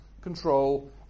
control